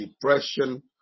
depression